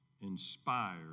inspired